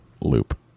loop